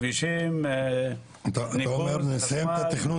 כבישים --- אתה אומר נסיים את התכנון,